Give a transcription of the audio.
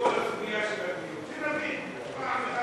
בכל הסוגיה של הדיור, שנבין פעם אחת ולתמיד.